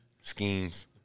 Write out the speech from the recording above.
Schemes